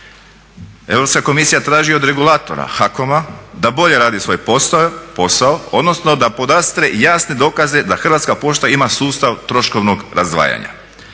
Europska komisija traži od regulatura HAKOM-a da boje radi svoj posao odnosno da podastre jasne dokaza da Hrvatska pošta ima sustav troškovnog razdvajanja.